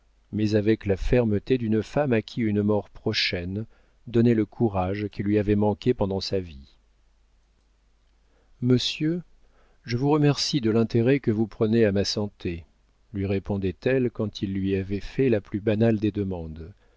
mais avec la fermeté d'une femme à qui une mort prochaine donnait le courage qui lui avait manqué pendant sa vie monsieur je vous remercie de l'intérêt que vous prenez à ma santé lui répondait-elle quand il lui avait fait la plus banale des demandes